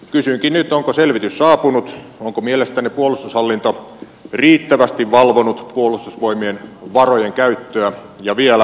kysynkin nyt onko selvitys saapunut onko mielestänne puolustushallinto riittävästi valvonut puolustusvoimien varojen käyttöä ja vielä